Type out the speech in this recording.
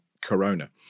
Corona